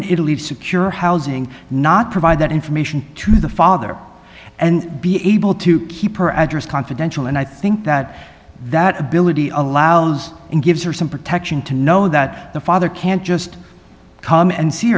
in italy of secure housing not provide that information to the father and be able to keep her address confidential and i think that that ability allows and gives her some protection to know that the father can't just come and see